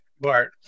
Bart